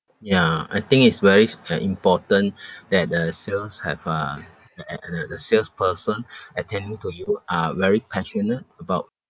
ya I think it's verys uh important that the sales have uh the uh uh the salesperson attending to you are very passionate about